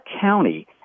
county